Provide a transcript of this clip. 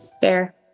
Fair